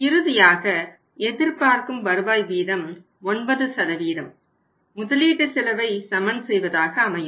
இறுதியாக எதிர்பார்க்கும் வருவாய் வீதம் 9 முதலீட்டு செலவை சமன் செய்வதாக அமையும்